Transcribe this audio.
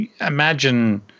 imagine